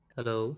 Hello